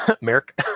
Merrick